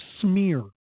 smear